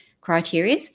criteria